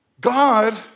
God